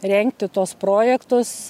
rengti tuos projektus